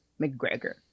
McGregor